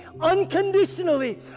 unconditionally